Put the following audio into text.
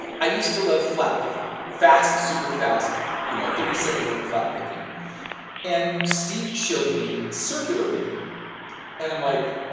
i used to love flatpicking, fast, super-fast you know, thirty second note flatpicking and steve showed me circular picking and i'm like,